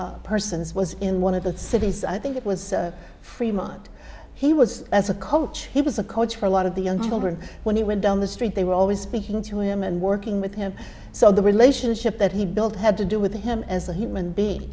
those persons was in one of the cities i think it was fremont he was as a coach he was a coach for a lot of the young children when he went down the street they were always speaking to him and working with him so the relationship that he built had to do with him as a human being